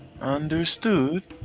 Understood